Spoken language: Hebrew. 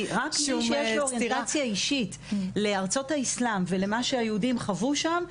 רק מי שיש לו קשר אישי לארצות האסלאם ולמה שהיהודים חוו שם,